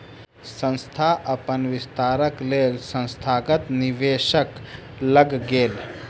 संस्थान अपन विस्तारक लेल संस्थागत निवेशक लग गेल